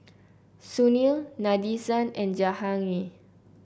Sunil Nadesan and Jahangir